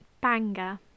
Banger